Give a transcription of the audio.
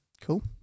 Cool